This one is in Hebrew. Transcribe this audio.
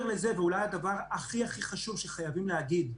ואולי הדבר הכי חשוב שצריך להגיד: